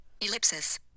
Ellipsis